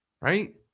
Right